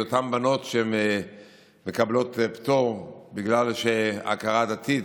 אותן בנות שמקבלות פטור בגלל ההכרה הדתית,